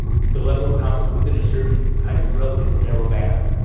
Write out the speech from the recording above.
the level of conflict within a certain kind of relatively narrow band,